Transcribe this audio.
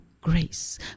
grace